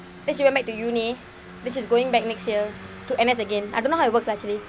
then she went back to university then she is going back next year to N_S again I don't know how it works lah actually